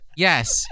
Yes